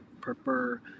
prefer